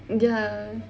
ya